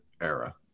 era